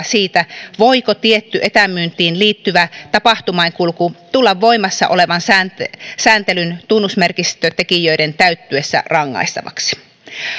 siitä voiko tietty etämyyntiin liittyvä tapahtumainkulku tulla voimassa olevan sääntelyn sääntelyn tunnusmerkistötekijöiden täyttyessä rangaistavaksi